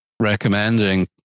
recommending